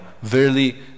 Verily